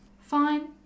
Fine